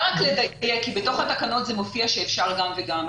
בתוך התקנות מופיע שאפשר גם וגם.